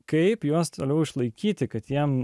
kaip juos toliau išlaikyti kad jam